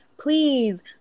please